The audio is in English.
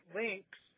links